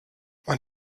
man